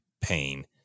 pain